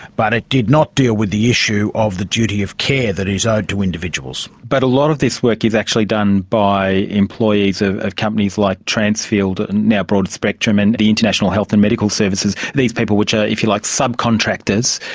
but it did not deal with the issue of the duty of care that is owed to individuals. but a lot of this work is actually done by employees of of companies like transfield, now broad spectrum, and the international health and medical services, these people which are like subcontractors.